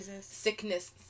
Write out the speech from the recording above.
sickness